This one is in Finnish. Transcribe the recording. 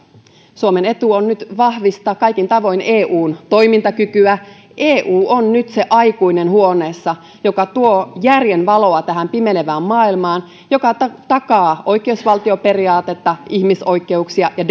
suomen etu on nyt vahvistaa kaikin tavoin eun toimintakykyä eu on nyt se aikuinen huoneessa joka tuo järjen valoa tähän pimenevään maailmaan ja joka takaa oikeusvaltioperiaatetta ihmisoikeuksia ja